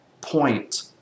point